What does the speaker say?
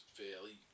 fairly